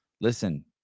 listen